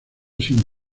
sin